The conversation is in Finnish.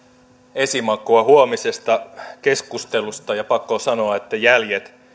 esimakua huomisesta keskustelusta ja pakko sanoa että jäljet